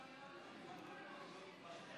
מס'